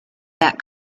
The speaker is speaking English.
that